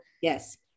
Yes